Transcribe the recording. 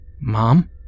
Mom